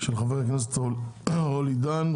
של חבר הכנסת עידן רול.